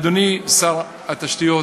אדוני שר התשתיות